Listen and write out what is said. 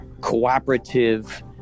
cooperative